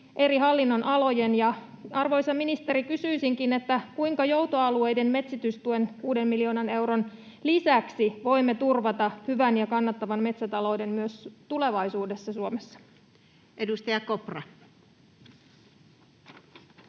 eri hallinnonalojen, ja, arvoisa ministeri, kysyisinkin: kuinka joutoalueiden metsitystuen 6 miljoonan euron lisäksi voimme turvata hyvän ja kannattavan metsätalouden myös tulevaisuudessa Suomessa? [Speech 479]